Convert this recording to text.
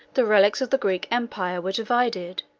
the relics of the greek empire were divided